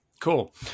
Cool